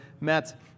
met